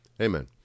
Amen